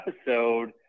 episode